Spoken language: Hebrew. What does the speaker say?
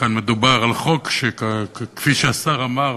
כאן מדובר על חוק שכפי שהשר אמר,